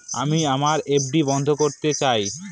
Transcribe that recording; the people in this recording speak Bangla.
আমি আমার এফ.ডি বন্ধ করতে চাই